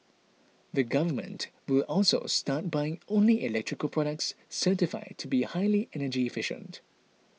the Government will also start buying only electrical products certified to be highly energy efficient